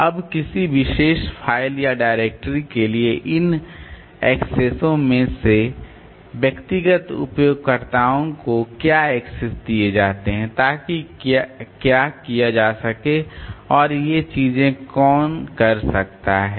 अब किसी विशेष फ़ाइल या डायरेक्टरी के लिए इन एक्सेसों में से व्यक्तिगत उपयोगकर्ताओं को क्या एक्सेस दिए जाते हैं ताकि क्या किया जा सके और ये चीजें कौन कर सकता है